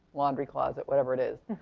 laundry closet, whatever it is.